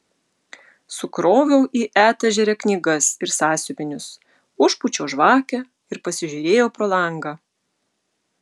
sukroviau į etažerę knygas ir sąsiuvinius užpūčiau žvakę ir pasižiūrėjau pro langą